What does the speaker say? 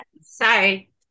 Sorry